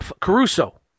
Caruso